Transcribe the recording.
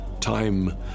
time